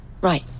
Right